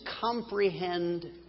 comprehend